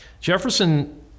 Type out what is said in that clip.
Jefferson